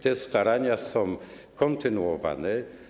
Te starania były kontynuowane.